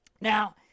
Now